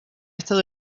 estado